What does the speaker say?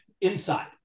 inside